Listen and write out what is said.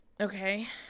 Okay